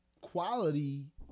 quality